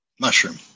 Mushroom